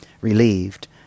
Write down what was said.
relieved